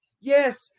Yes